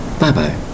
Bye-bye